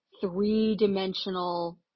three-dimensional